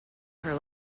her